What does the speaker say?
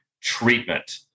treatment